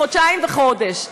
חודשיים וחודש.